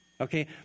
Okay